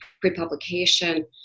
pre-publication